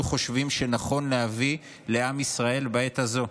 חושבים שנכון להביא לעם ישראל בעת הזו.